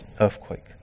earthquake